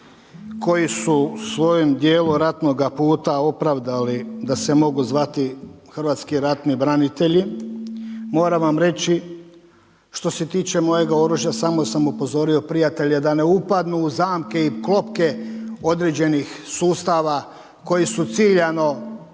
koji su svojim dijelom ratnoga puta opravdali da se mogu zvati – hrvatski ratni branitelji, moram vam reći što se tiče mojega oružja samo sam upozorio prijatelje da ne upadnu u zamke i klopke određenih sustava koji su ciljano